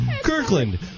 Kirkland